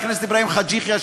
לחבר הכנסת אברהים חאג' יחיא,